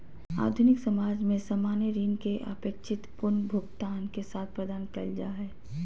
आधुनिक समाज में सामान्य ऋण के अपेक्षित पुनर्भुगतान के साथ प्रदान कइल जा हइ